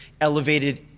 elevated